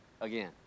again